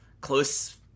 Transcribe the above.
close